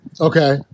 Okay